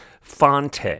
Fonte